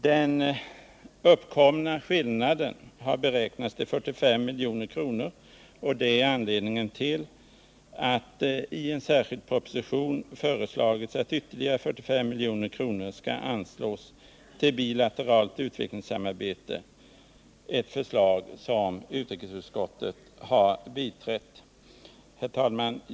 Den uppkomna skillnaden har beräknats till 45 milj.kr., och det är anledningen till att det i en särskild proposition föreslagits att ytterligare 45 milj.kr. skall anslås till bilateralt utvecklingssamarbete, ett förslag som utrikesutskottet har biträtt. Herr talman!